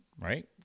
right